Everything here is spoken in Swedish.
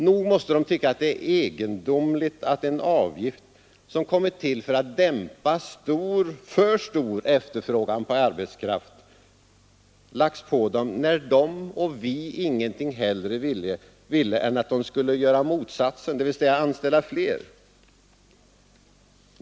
Nog måste de tycka att det är egendomligt att en avgift som kommit till för att dämpa för stor efterfrågan på arbetskraft lagts på företagen, när de och vi inget hellre ville än att de skulle göra motsatsen, dvs. anställa fler.